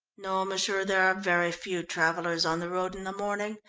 no, m'sieur, there are very few travellers on the road in the morning,